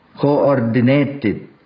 coordinated